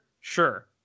Sure